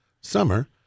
summer